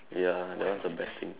ya that one's a bad thing